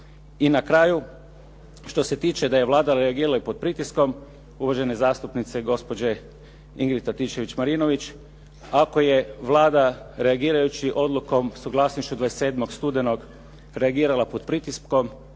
I na kraju, što se tiče da je Vlada reagirala i pod pritiskom, uvažene zastupnice gospođe Ingrid Antičević-Marinović, ako je Vlada reagirajući odlukom suglasnošću 27. studenog reagirala pod pritiskom,